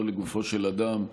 לא לגופו של אדם.